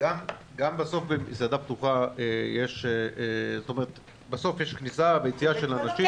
גם במסעדה פתוחה בסוף יש כניסה ויציאה של אנשים.